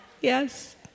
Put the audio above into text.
yes